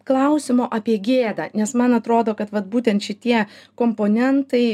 klausimo apie gėdą nes man atrodo kad va būtent šitie komponentai